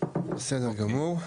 בסדר גמור.